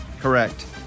Correct